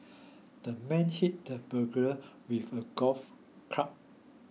the man hit the burglar with a golf club